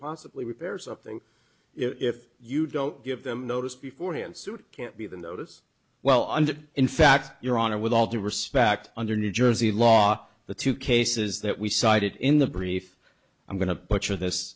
possibly repairs of things if you don't give them notice before hand suit can't be the notice well and in fact your honor with all due respect under new jersey law the two cases that we cited in the brief i'm going to butcher this